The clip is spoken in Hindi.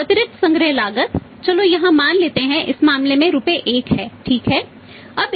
तो अतिरिक्त संग्रह लागत चलो यहां मान लेते हैं इस मामले में रुपये 1 है ठीक है